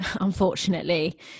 unfortunately